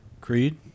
Creed